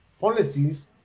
policies